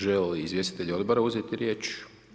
Žele li izvjestitelji odbora uzeti riječ?